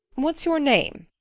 what's your name?